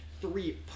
three